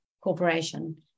corporation